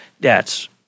debts